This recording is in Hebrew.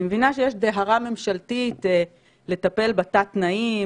אני מבינה שיש דהרה ממשלתית לטפל בתת-תנאים,